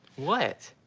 what!